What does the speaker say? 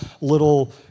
little